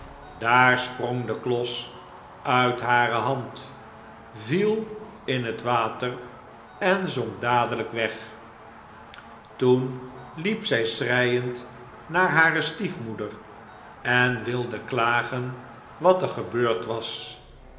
daar sprong de klos uit hare hand viel in het water en zonk dadelijk weg toen liep zij schreijend naar hare stiefmoeder en wilde klagen wat er gebeurd was